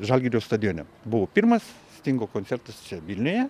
žalgirio stadione buvo pirmas stingo koncertas čia vilniuje